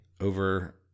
over